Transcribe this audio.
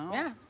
yeah,